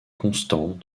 constant